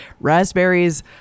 raspberries